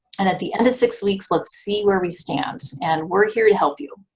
and at the end of six weeks, let's see where we stand, and we're here to help you.